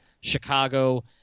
Chicago